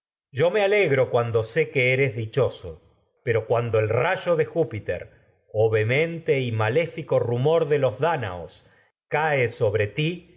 yo me alegro cuando eres dichoso pero y cuando el rayo de júpiter o de los vehemente maléfico rumor dáñaos cae sobre ti